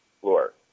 floor